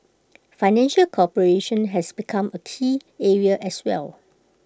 financial cooperation has become A key area as well